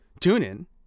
TuneIn